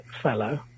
fellow